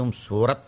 um sure ah